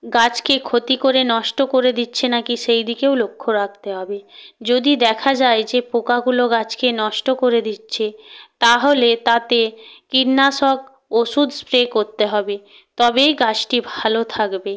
গাছকে ক্ষতি করে নষ্ট করে দিচ্ছে নাকি সেই দিকেও লক্ষ্য রাখতে হবে যদি দেখা যায় যে পোকাগুলো গাছকে নষ্ট করে দিচ্ছে তাহলে তাতে কীটনাশক ওষুধ স্প্রে করতে হবে তবেই গাছটি ভালো থাকবে